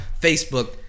Facebook